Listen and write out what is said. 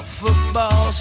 football